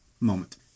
moment